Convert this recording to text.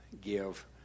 give